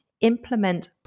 implement